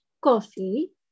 coffee